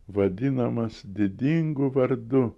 vadinamas didingu vardu